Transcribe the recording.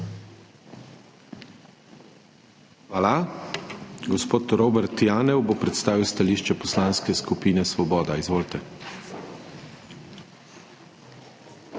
Hvala. Gospod Robert Janev bo predstavil stališče Poslanske skupine Svoboda. Izvolite.